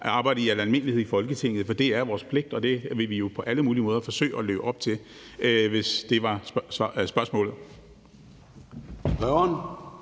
arbejdet i al almindelighed i Folketinget, for det er vores pligt, og det vil vi jo på alle mulige måder forsøge at leve op til, hvis det var spørgsmålet.